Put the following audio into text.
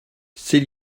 ces